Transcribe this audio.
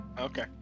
Okay